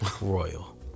Royal